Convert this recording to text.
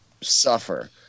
suffer